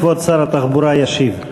כבוד שר התחבורה ישיב.